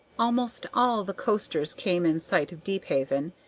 almost all the coasters came in sight of deephaven,